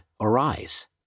Arise